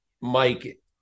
Mike